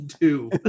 two